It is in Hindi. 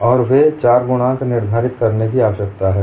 और ये 4 गुणांक निर्धारित करने की आवश्यकता है